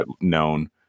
known